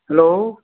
hello